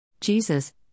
Jesus